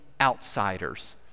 outsiders